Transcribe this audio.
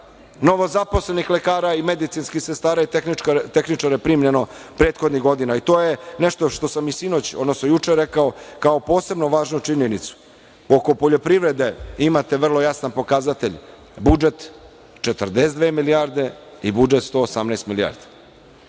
novozaposlenih lekara i medicinskih sestara i tehničara primljeno prethodnih godina. To je nešto sam i sinoć, odnosno juče rekao kao posebno važnu činjenicu. Oko poljoprivrede imate vrlo jasan pokazatelj, budžet 42 milijarde i budžet 118 milijardi.